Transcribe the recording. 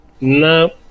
No